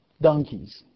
donkeys